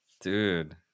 dude